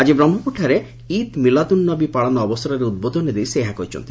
ଆକି ବ୍ରହ୍କପୁରଠାରେ ଇଦ୍ ମିଲାଦୁନ୍ ନବୀ ପାଳନ ଅବସରରେ ଉଦ୍ବୋଧନ ଦେଇ ସେ ଏହା କହିଛନ୍ତି